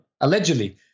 Allegedly